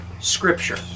Scripture